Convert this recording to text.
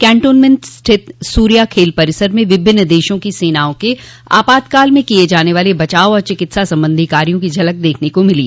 cantonment स्थित सूर्या खेल परिसर में विभिन्न देशों की सेनाओं के आपात काल में किये जाने वाले बचाव और चिकित्सा संबंधी कार्यो की झलक देखने का मिली